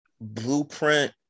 Blueprint